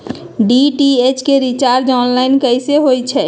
DTH के recharge online कैसे होईछई?